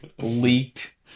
leaked